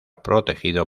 protegido